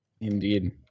Indeed